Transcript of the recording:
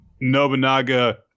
Nobunaga